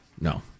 No